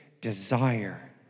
desire